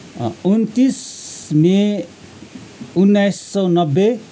उन्तिस मे उन्नाइस सय नब्बे